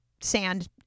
sand